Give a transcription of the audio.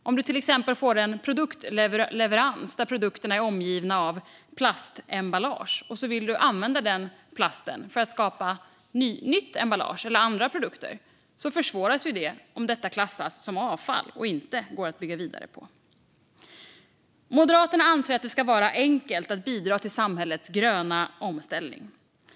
Om man till exempel får en produktleverans där produkterna är omgivna av plastemballage och man sedan vill använda den plasten för att skapa nytt emballage eller andra produkter försvåras det om den klassas som avfall. Moderaterna anser att det ska vara enkelt att bidra till samhällets gröna omställning.